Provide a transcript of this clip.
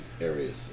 areas